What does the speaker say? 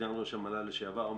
סגן ראש המל"ל לשעבר,